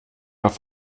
auf